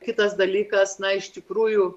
kitas dalykas na iš tikrųjų